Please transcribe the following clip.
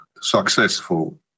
successful